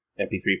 MP3